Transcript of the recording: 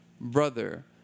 brother